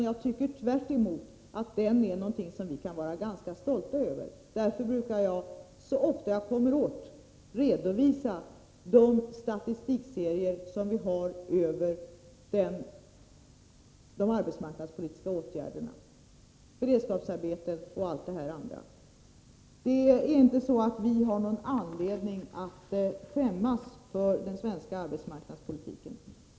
Jag tycker tvärtom att den är någonting som vi kan vara ganska stolta över — därför brukar jag, som sagt, så ofta jag kommer åt redovisa de statistikserier vi har över de arbetsmarknadspolitiska åtgärderna — beredskapsarbeten och allt det andra. Vi har inte någon anledning att skämmas över den svenska arbetsmarknadspolitiken.